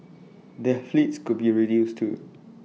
their fleets could be reduced too